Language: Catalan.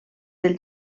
del